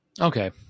okay